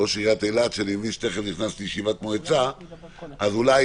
ראש עיריית אילת שאני מבין שתכף נכנס לישיבת מועצה ולכן אולי